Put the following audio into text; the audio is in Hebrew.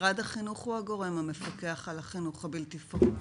משרד החינוך הוא הגורם המפקח על החינוך הבלתי פורמלי.